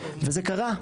וזה קרה.